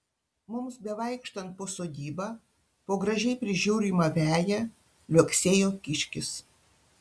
mums bevaikštant po sodybą po gražiai prižiūrimą veją liuoksėjo kiškis